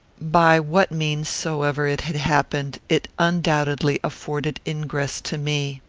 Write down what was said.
by what means soever it had happened, it undoubtedly afforded ingress to me.